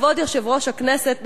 כבוד יושב-ראש הכנסת,